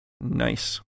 Nice